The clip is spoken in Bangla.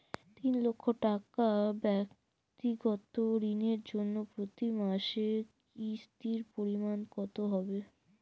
তিন লক্ষ টাকা ব্যাক্তিগত ঋণের জন্য প্রতি মাসে কিস্তির পরিমাণ কত হবে?